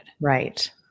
Right